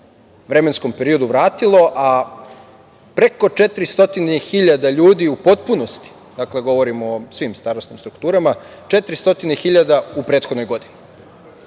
vremenskom periodu vratilo, a preko 400.000 ljudi u potpunosti, dakle, govorim o svim starosnim strukturama, 400.000 u prethodnoj godini.